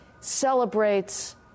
celebrates